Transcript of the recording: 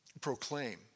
proclaim